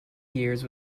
years